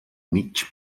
mig